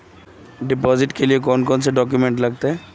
Deposit के लिए कौन कौन से डॉक्यूमेंट लगते?